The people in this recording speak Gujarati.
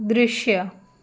દ્રશ્ય